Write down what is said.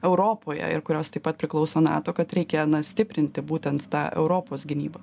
europoje ir kurios taip pat priklauso nato kad reikia stiprinti būtent tą europos gynybą